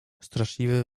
straszliwy